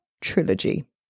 Trilogy